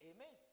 Amen